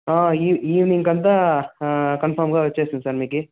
ఈవ్ ఈవ్నింగ్కు అంతా కన్ఫామ్గా వస్తుంది సార్ మీకు